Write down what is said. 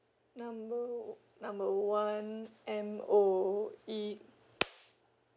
number number one M_O_E